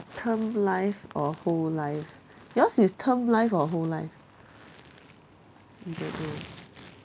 term life or whole life yours is term life or whole life you don't know